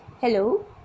Hello